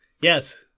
Yes